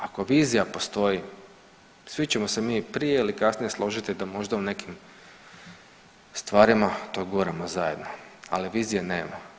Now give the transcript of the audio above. Ako vizija postoji svi ćemo se mi prije ili kasnije složiti da možda u nekim stvarima to govorimo zajedno, ali vizije nema.